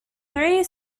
three